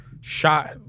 shot